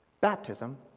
Baptism